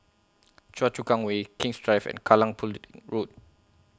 Choa Chu Kang Way King's Drive and Kallang Pudding Road